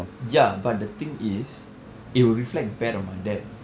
ya but the thing is it will reflect bad on my dad